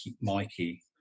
Mikey